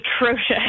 atrocious